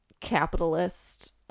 capitalist